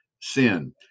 sin